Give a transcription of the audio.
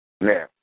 Now